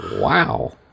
Wow